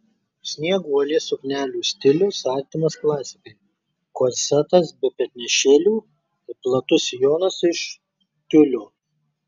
snieguolės suknelių stilius artimas klasikai korsetas be petnešėlių ir platus sijonas iš tiulio